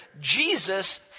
Jesus